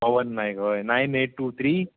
पवन नायक हय nine eight two three